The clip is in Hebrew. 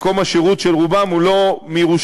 מקום השירות של רובם הוא לא ירושלים,